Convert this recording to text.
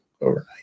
overnight